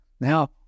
now